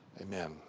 amen